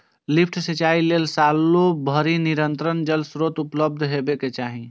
lift सिंचाइ लेल सालो भरि निरंतर जल स्रोत उपलब्ध हेबाक चाही